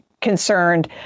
concerned